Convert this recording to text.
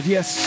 Yes